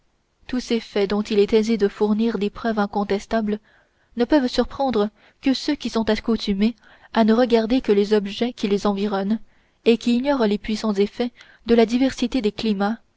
tous ces faits dont il est aisé de fournir des preuves incontestables ne peuvent surprendre que ceux qui sont accoutumés à ne regarder que les objets qui les environnent et qui ignorent les puissants effets de la diversité des climats